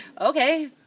Okay